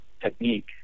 technique